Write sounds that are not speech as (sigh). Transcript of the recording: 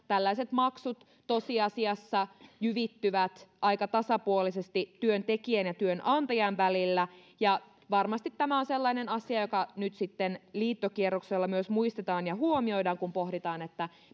(unintelligible) tällaiset maksut tosiasiassa jyvittyvät aika tasapuolisesti työntekijän ja työnantajan välillä varmasti tämä on sellainen asia joka nyt sitten liittokierroksella myös muistetaan ja huomioidaan kun pohditaan